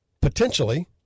potentially